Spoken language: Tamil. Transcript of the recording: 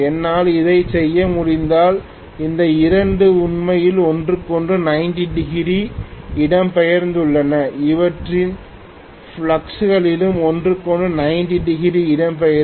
என்னால் இதைச் செய்ய முடிந்தால் இந்த இரண்டும் உண்மையில் ஒன்றுக்கொன்று 90 டிகிரி இடம்பெயர்ந்துள்ளனர் அவற்றின் ஃப்ளக்ஸ் களும் ஒன்றுக்கொன்று 90 டிகிரி இடம்பெயரும்